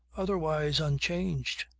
otherwise unchanged.